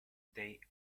they